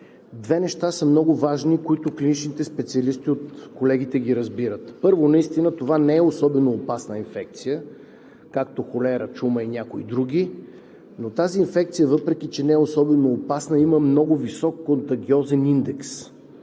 Две неща са много важни, които клиничните специалисти от колегите ги разбират. Първо, наистина това не е особено опасна инфекция, както холера, чума и някои други. Но тази инфекция, въпреки че не е особено опасна, има много висок инфекциозен индекс.